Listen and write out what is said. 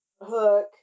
Hook